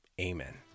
Amen